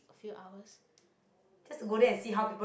a few hours